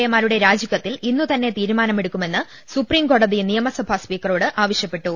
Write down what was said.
എമാരുടെ രാജിക്കാര്യത്തിൽ ഇന്നു തന്നെ തീരുമാനമെടുക്കണമെന്ന് സുപ്രീംകോടതി നിയമസഭാ സ്പീക്കറോട് ആവശ്യപ്പെട്ടു